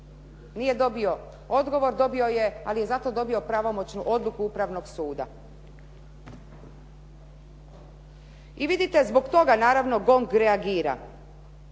Nije dobio odgovor, ali je zato dobio pravomoćnu odluku Upravnog suda. I vidite zbog toga naravno GONG reagira.